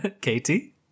Katie